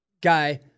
guy